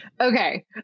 okay